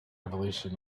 revolution